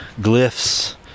glyphs